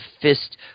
fist